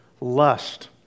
lust